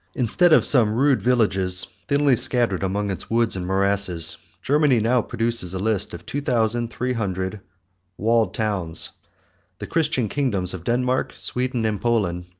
instead of some rude villages, thinly scattered among its woods and morasses, germany now produces a list of two thousand three hundred walled towns the christian kingdoms of denmark, sweden, and poland,